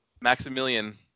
Maximilian